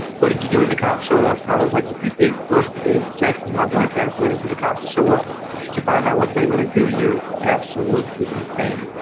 what did you do? and the cop showed up. and i was like, if you think for a second that my black as waited for the cops to show up to find out what they're going to do, you're absolutely insane.